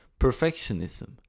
Perfectionism